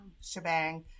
shebang